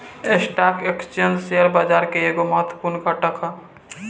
stock exchange share बाजार के एगो महत्वपूर्ण घटक ह